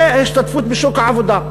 זה השתתפות בשוק העבודה.